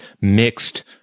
mixed